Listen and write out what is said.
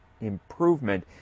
improvement